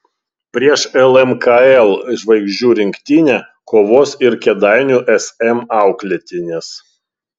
prieš lmkl žvaigždžių rinktinę kovos ir kėdainių sm auklėtinės